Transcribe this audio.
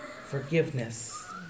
forgiveness